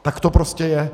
Tak to prostě je.